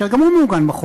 אשר גם הוא מעוגן בחוק.